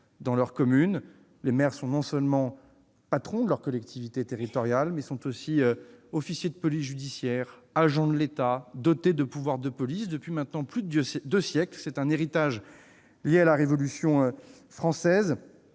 dans leur commune : ils sont non seulement patrons de leurs collectivités territoriales, mais ils sont aussi officiers de police judiciaire, agents de l'État dotés de pouvoirs de police depuis maintenant plus de deux siècles. C'est un héritage de la Révolution française.